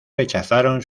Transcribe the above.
rechazaron